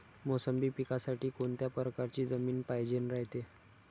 मोसंबी पिकासाठी कोनत्या परकारची जमीन पायजेन रायते?